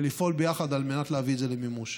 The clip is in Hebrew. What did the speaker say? ולפעול ביחד על מנת להביא את זה למימוש.